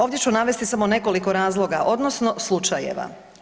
Ovdje ću navesti samo nekoliko razloga, odnosno slučajeva.